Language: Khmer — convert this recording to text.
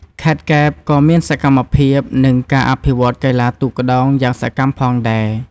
ខេត្តកែបក៏មានសកម្មភាព និងការអភិវឌ្ឍន៍កីឡាទូកក្ដោងយ៉ាងសកម្មផងដែរ។